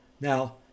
Now